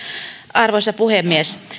arvoisa puhemies